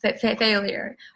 failure